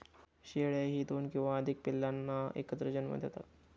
शेळ्याही दोन किंवा अधिक पिल्लांना एकत्र जन्म देतात